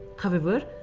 however,